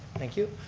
thank you,